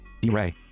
d-ray